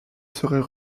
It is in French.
serait